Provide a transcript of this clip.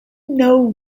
know